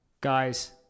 Guys